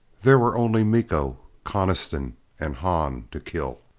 there were only miko, coniston and hahn to kill.